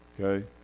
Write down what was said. Okay